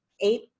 eight